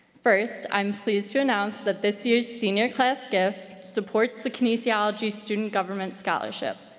first, i'm pleased to announce that this year's senior class gift supports the kinesiology student government scholarship.